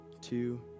two